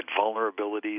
vulnerabilities